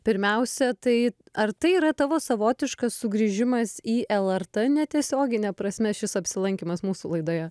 pirmiausia tai ar tai yra tavo savotiškas sugrįžimas į lrt netiesiogine prasme šis apsilankymas mūsų laidoje